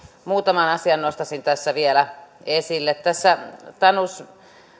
muutaman asian nostaisin tässä vielä esille tässä tanus